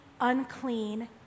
unclean